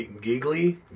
Giggly